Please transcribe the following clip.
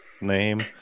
name